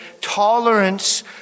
tolerance